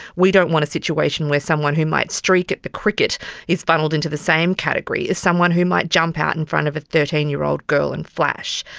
we don't want a situation where someone who might streak at the cricket is funnelled into the same category as someone who might jump out in front of a thirteen year old girl and flash.